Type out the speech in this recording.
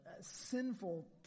sinful